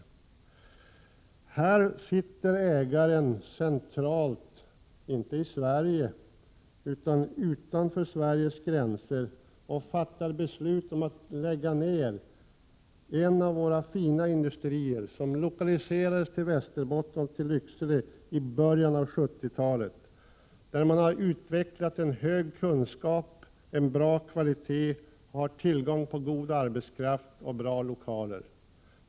Ägaren sitter centralt — inte i Sverige utan utanför Sveriges gränser — och fattar beslut om att lägga ner en av våra fina industrier, som lokaliserades till Västerbotten och till Lycksele i början av 70-talet, där man har utvecklat en hög kunskap, och en bra kvalitet och har tillgång på god arbetskraft och bra lokaler!